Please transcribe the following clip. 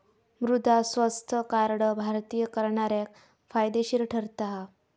मृदा स्वास्थ्य कार्ड भारतीय करणाऱ्याक फायदेशीर ठरता हा